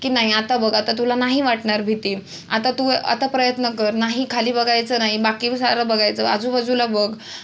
की नाही आता बघ आता तुला नाही वाटणार भीती आता तू आता प्रयत्न कर नाही खाली बघायचं नाही बाकी सारं बघायचं आजूबाजूला बघ